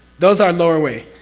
those are lower way.